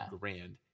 grand